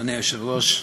אדוני היושב-ראש,